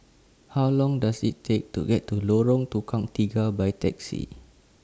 How Long Does IT Take to get to Lorong Tukang Tiga By Taxi